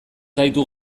gaitu